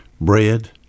Bread